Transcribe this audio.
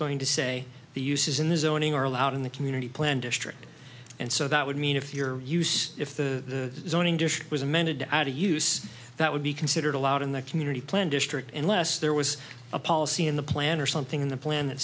going to say the use is in the zoning are allowed in the community plan district and so that would mean if your use if the zoning dish was amended to use that would be considered allowed in the community plan district and less there was a policy in the plan or something in the plan that